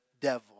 devil